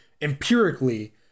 empirically